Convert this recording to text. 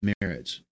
marriage